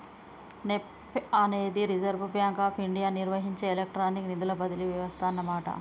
NEFT అనేది reserve bank of India నిర్వహించే electronic నిధుల బదిలీ వ్యవస్థ అన్నమాట